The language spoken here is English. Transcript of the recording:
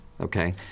Okay